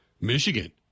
Michigan